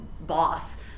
boss